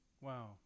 Wow